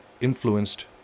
influenced